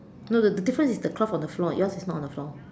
no the difference is the cloth on the floor yours is not on the floor